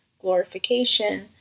glorification